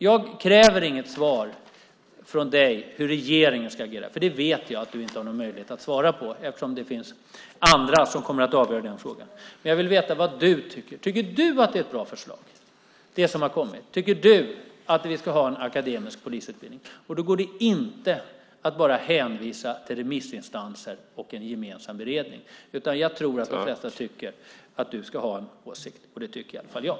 Jag kräver inget svar från dig om hur regeringen ska agera. Jag vet att du inte har möjlighet att svara på det, eftersom det finns andra som kommer att avgöra frågan. Men jag vill veta vad du tycker. Tycker du att förslaget är bra? Tycker du att vi ska ha en akademisk polisutbildning? Det går inte att bara hänvisa till remissinstanser och en gemensam beredning. Jag tror att de flesta tycker att du ska ha en åsikt. Det tycker i alla fall jag.